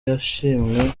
yashimwe